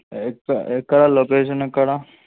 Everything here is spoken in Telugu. ఎయిత్ ఎక్కడ లొకేషన్ ఎక్కడ